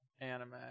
Anime